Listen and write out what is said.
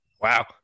wow